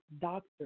doctor